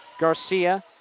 Garcia